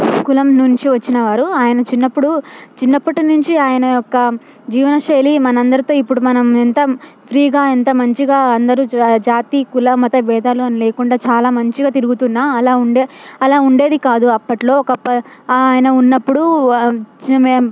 కులం నుంచి వచ్చిన వారు ఆయన చిన్నప్పుడు చిన్నప్పటి నుంచి ఆయన యొక్క జీవనశైలి మన అందరితో ఇప్పుడు మనం ఎంత ఫ్రీగా ఎంత మంచిగా అందరూ జా జాతి కుల మత భేదాలు అని లేకుండా చాలా మంచిగా తిరుగుతున్నాము అలా ఉండేది అలా ఉండేది కాదు అప్పట్లో ఒక ప ఆయన ఉన్నప్పుడు చి మేం